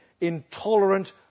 intolerant